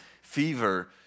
fever